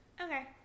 Okay